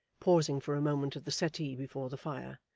pausing for a moment at the settee before the fire,